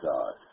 God